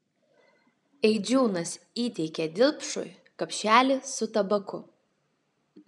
eidžiūnas įteikė dilpšui kapšelį su tabaku